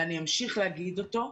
ואני אמשיך לומר אותו,